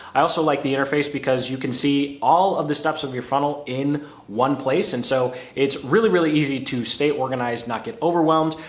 i also liked like the interface because you can see all of the steps of your funnel in one place. and so it's really really easy to stay organized, not get overwhelmed.